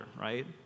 right